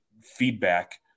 feedback